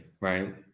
right